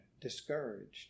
discouraged